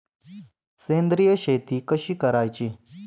सेंद्रिय शेती कशी करायची?